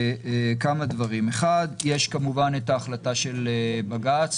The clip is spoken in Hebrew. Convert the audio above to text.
כמה דברים: יש כמובן את החלטת בג"ץ,